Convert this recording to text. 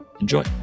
enjoy